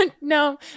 no